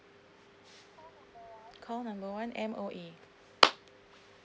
call number one M_O_E